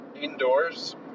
indoors